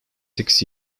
six